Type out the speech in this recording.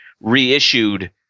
reissued